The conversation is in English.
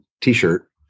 t-shirt